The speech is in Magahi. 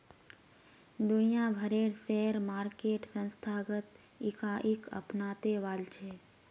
दुनिया भरेर शेयर मार्केट संस्थागत इकाईक अपनाते वॉल्छे